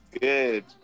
good